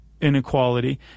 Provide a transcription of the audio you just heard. inequality